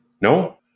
no